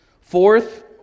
Fourth